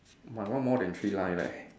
my one more than three line leh